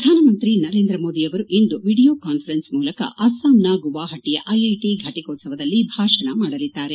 ಪ್ರಧಾನ ಮಂತ್ರಿ ನರೇಂದ್ರ ಮೋದಿಯವರು ಇಂದು ವಿಡಿಯೋ ಕಾನ್ಫರೆನ್ಸ್ ಮೂಲಕ ಅಸ್ಲಾಂನ ಗುವಾಹಾಟಿಯ ಐಐಟಿ ಫಟಕೋತ್ಸವದಲ್ಲಿ ಭಾಷಣ ಮಾಡಲಿದ್ದಾರೆ